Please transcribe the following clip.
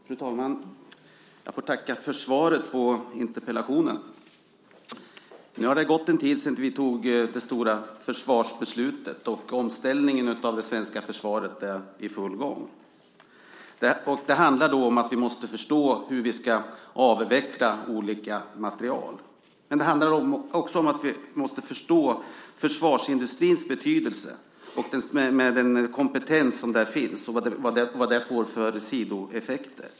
Fru talman! Jag får tacka för svaret på interpellationen. Nu har det gått en tid sedan vi antog det stora försvarsbeslutet, och omställningen av det svenska försvaret är i full gång. Det handlar då om att vi måste förstå hur vi ska avveckla olika material men det handlar också om att vi måste förstå försvarsindustrins betydelse, med den kompetens som där finns, och vad den får för sidoeffekter.